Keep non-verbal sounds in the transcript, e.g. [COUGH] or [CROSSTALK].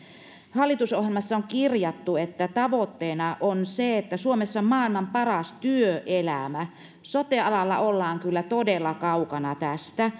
hallitusohjelmassa on kirjattu että tavoitteena on se että suomessa on maailman paras työelämä sote alalla ollaan kyllä todella kaukana tästä [UNINTELLIGIBLE]